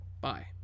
bye